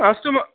अस्तु म